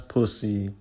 Pussy